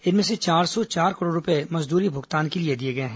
इसमें से चार सौ चार करोड़ रूपये मजदूरी भुगतान के लिए दिए गए हैं